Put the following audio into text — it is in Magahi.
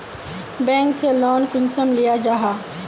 बैंक से लोन कुंसम लिया जाहा?